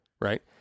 Right